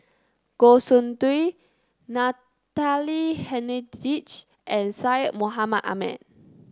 Goh Soon Tioe Natalie Hennedige and Syed Mohamed Ahmed